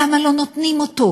למה לא נותנים אותו,